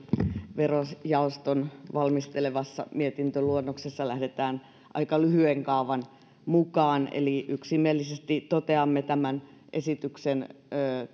verojaoston valmistelemassa mietintöluonnoksessa mennään aika lyhyen kaavan mukaan eli yksimielisesti toteamme tämän esityksen